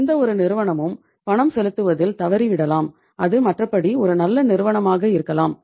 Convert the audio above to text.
எந்தவொரு நிறுவனமும் பணம் செலுத்துவதில் தவறி விடலாம் அது மற்றபடி ஒரு நல்ல நிறுவனமாக இருக்கலாம்